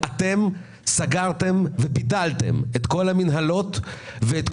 אתם סגרתם וביטלתם את כל המינהלות וכל